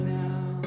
now